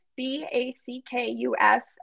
B-A-C-K-U-S